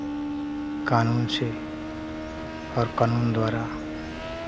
कानून से और कानून द्वारा